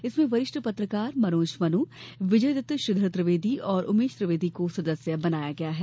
इसमें वरिष्ठ पत्रकार मनोज मनु विजयदत्त श्रीधर त्रिवेदी और उमेश त्रिवेदी को सदस्य बनाया गया है